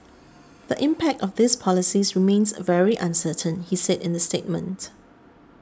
the impact of these policies remains very uncertain he said in the statement